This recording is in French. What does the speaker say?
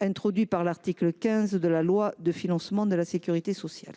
introduit par l’article 15 de la loi de financement de la sécurité sociale